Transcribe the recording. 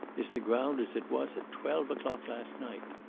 is the ground as it was at twelve o'clock last night.